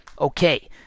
Okay